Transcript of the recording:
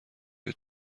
های